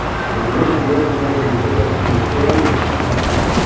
so when you look at the overnighter and you look at it from the daily perspective.